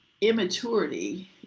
immaturity